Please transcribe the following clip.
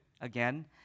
again